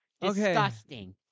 disgusting